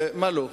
מה לא?